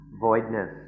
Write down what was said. voidness